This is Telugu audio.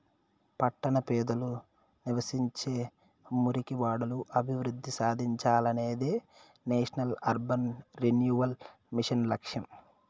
పట్టణ పేదలు నివసించే మురికివాడలు అభివృద్ధి సాధించాలనేదే నేషనల్ అర్బన్ రెన్యువల్ మిషన్ లక్ష్యం